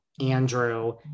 Andrew